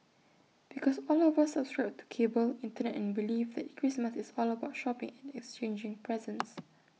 because all of us subscribe to cable Internet and belief that Christmas is all about shopping and exchanging presents